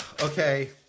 Okay